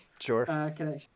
sure